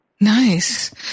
nice